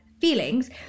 feelings